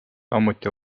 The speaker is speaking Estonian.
samuti